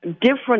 different